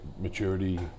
maturity